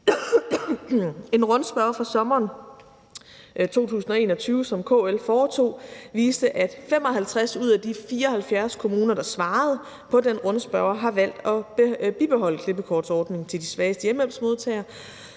En rundspørge fra sommeren 2021, som KL foretog, viste, at 55 ud af de 74 kommuner, der svarede på den rundspørge, har valgt at bibeholde klippekortsordningen til de svageste hjemmehjælpsmodtagere,